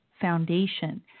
foundation